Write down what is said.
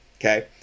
Okay